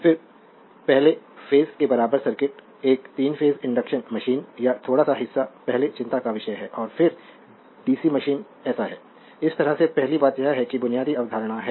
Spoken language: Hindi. फिर पहले फेजके बराबर सर्किट तक तीन फेजइंडक्शन मशीन का थोड़ा सा हिस्सा पहले चिंता का विषय है और फिर डीसी मशीन ऐसा है इस तरह से पहली बात यह है कि बुनियादी अवधारणा है